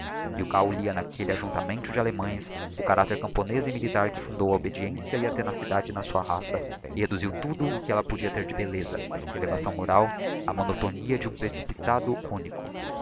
corpo milkau lia n'aquelle ajuntamento de allemães o caracter camponez e militar que fundou a obediência e a tenacidade na sua raça e reduziu tudo o que ella podia ter de belleza de elevação moral á monotonia de um precipitado único